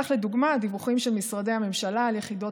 כך לדוגמה הדיווחים של משרדי הממשלה ליחידות